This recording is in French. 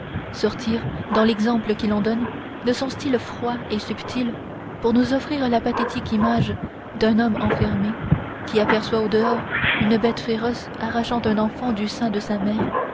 sortir dans l'exemple qu'il en donne de son style froid et subtil pour nous offrir la pathétique image d'un homme enfermé qui aperçoit au-dehors une bête féroce arrachant un enfant du sein de sa mère